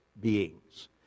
beings